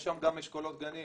יש שם גם אשכולות גנים.